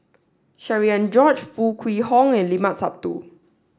Cherian George Foo Kwee Horng and Limat Sabtu